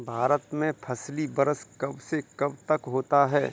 भारत में फसली वर्ष कब से कब तक होता है?